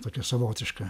tokia savotiška